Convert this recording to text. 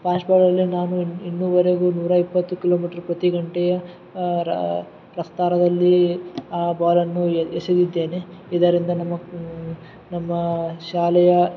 past ಬಾಲರ್ಗೆ ನಾನು ಇನ್ನು ಇನ್ನುವರೆಗು ನೂರಾ ಇಪ್ಪತ್ತು ಕಿಲೋಮೀಟ್ರ್ ಪ್ರತಿ ಗಂಟೆಯ ರಾ ಪ್ರಸ್ತಾರದಲ್ಲೀ ಆ ಬಾಲನ್ನು ಎಸೆದಿದ್ದೇನೆ ಇದರಿಂದ ನಮ್ಮ ನಮ್ಮ ಶಾಲೆಯ